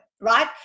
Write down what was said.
right